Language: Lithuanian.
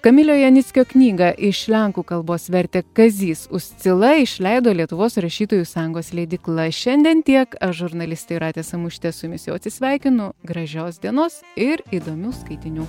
kamilio janickio knygą iš lenkų kalbos vertė kazys uscila išleido lietuvos rašytojų sąjungos leidykla šiandien tiek žurnalistė aš jūratė samušytė su jumis jau atsisveikinu gražios dienos ir įdomių skaitinių